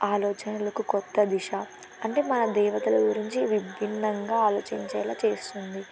ఆలోచనలకు క్రొత్త దిశ అంటే మన దేవతల గురించి విభిన్నంగా ఆలోచించేలా చేస్తుంది